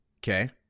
Okay